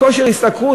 כושר ההשתכרות,